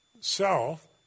self